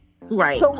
Right